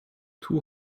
two